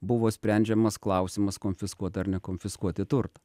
buvo sprendžiamas klausimas konfiskuot ar nekonfiskuoti turtą